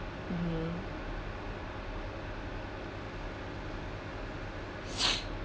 mmhmm